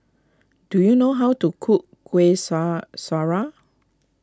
do you know how to cook Kuih Sya Syara